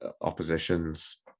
opposition's